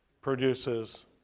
produces